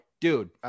dude